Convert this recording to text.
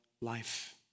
life